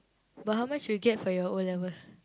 but how much you get for your O-level